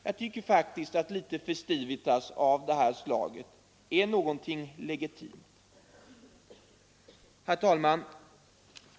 Jag tycker faktiskt att litet festivitas av det här slaget är något legitimt. Herr talman!